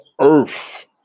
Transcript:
earth